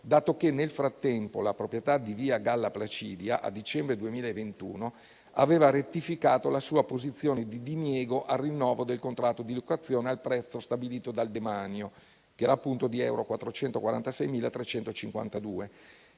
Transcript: dato che, nel frattempo, la proprietà di via Galla Placidia, a dicembre 2021, aveva rettificato la sua posizione di diniego al rinnovo del contratto di locazione al prezzo stabilito dal Demanio, che era appunto di euro 446.352 euro,